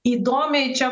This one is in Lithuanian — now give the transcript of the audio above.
įdomiai čia